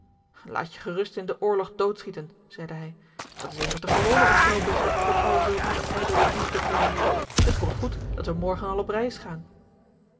laat je gerust in den oorlog doodschieten zeide hij dat is immers de gewone ontknooping van al zulke verijdelde liefdeplannen het komt goed dat wij morgen al op reis gaan